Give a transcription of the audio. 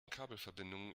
kabelverbindungen